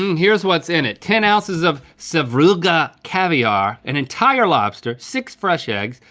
here's what's in it. ten ounces of sevruga caviar, an entire lobster, six fresh eggs,